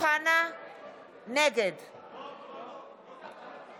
וברור לכול כי